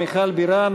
מיכל בירן,